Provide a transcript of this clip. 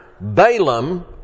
Balaam